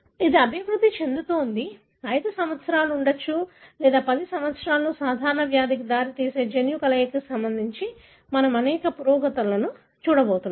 ఇది అభివృద్ధి చెందుతోంది 5 సంవత్సరాలలో ఉండవచ్చు 10 సంవత్సరాలలో సాధారణ వ్యాధికి దారితీసే జన్యు కలయికకు సంబంధించి మనం అనేక పురోగతులను చూడబోతున్నాం